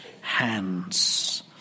hands